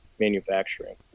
Manufacturing